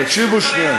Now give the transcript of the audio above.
תקשיבו שנייה.